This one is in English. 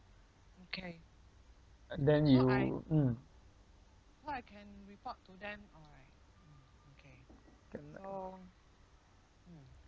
then you mm